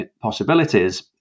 possibilities